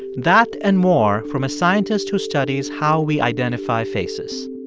that and more from a scientist who studies how we identify faces